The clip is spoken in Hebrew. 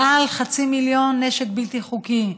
מעל חצי מיליון כלי נשק בלתי חוקיים,